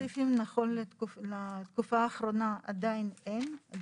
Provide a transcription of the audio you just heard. נכון לתקופה האחרונה עדיין אין לנו נתונים ספציפיים.